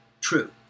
true